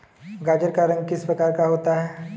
गाजर का रंग किस प्रकार का होता है?